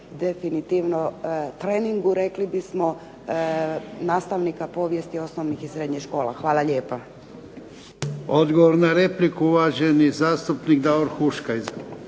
definitivno treningu rekli bismo, nastavnika povijesti osnovnih i srednjih škola. Hvala lijepa. **Jarnjak, Ivan (HDZ)** Odgovor na repliku, uvaženi zastupnik Davor Huška.